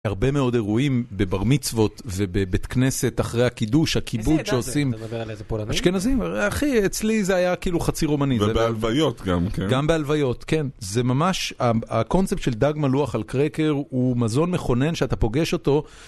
הרבה מאוד אירועים בברמצוות ובבית כנסת אחרי הקידוש, הקיבוץ שעושים. איזה אדם זה? אתה מדבר על איזה פולנים? אשכנזים. אחי, אצלי זה היה כאילו חצי רומנית. ובעלוויות גם, כן? גם בעלוויות, כן. זה ממש, הקונספט של דג מלוח על קרקר הוא מזון מכונן שאתה פוגש אותו.